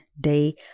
day